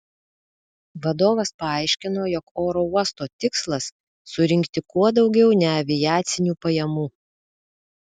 vadovas paaiškino jog oro uosto tikslas surinkti kuo daugiau neaviacinių pajamų